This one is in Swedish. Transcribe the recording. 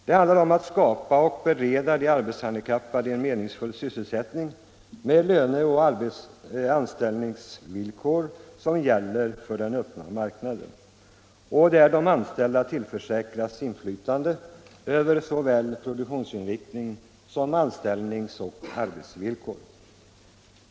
Det handlar om att bereda de arbetshandikappade en meningsfull sysselsättning med löneoch anställningsvillkor motsvarande vad som gäller för den öppna marknaden och att tillförsäkra de anställda inflytande över såväl produktionsinriktning som anställningsoch arbetsvillkor.